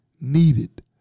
needed